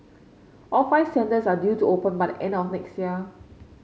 all five centres are due to open by the end of next year